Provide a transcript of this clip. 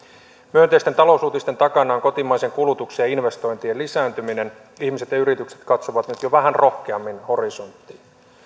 myönteisten talousuutisten takana on kotimaisen kulutuksen ja investoin tien lisääntyminen ihmiset ja yritykset katsovat nyt jo vähän rohkeammin horisonttiin